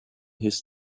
his